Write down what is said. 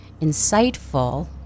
insightful